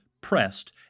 pressed